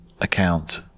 account